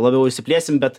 labiau išsiplėsim bet